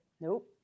Nope